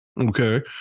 Okay